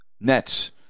Nets